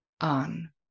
on